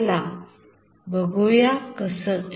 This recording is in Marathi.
चला ते बघू या कसं ते